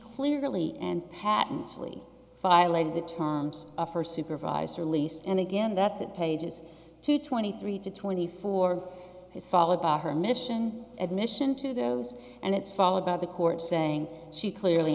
clearly and patently violated the terms of her supervisor least and again that's at pages two twenty three to twenty four is followed by her mission admission to those and it's fall about the court saying she clearly